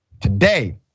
today